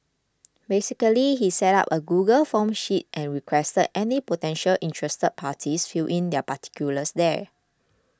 basically he set up a Google Forms sheet and requested any potentially interested parties fill in their particulars there